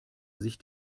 sich